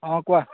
অঁ কোৱা